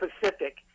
Pacific